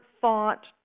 thought